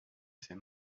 ses